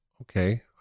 okay